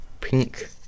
pink